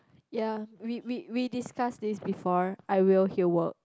ya we we we discuss this before I will he work